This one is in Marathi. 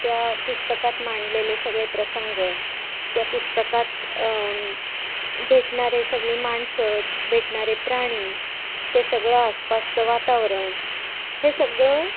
त्या पुस्तकात मांडलेले सगळे प्रसंग त्या पुस्तकात भेटणारे सगळी माणसं भेटणारे प्राणी ते सगळं आसपासचं वातावरण हे सगळं